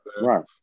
Right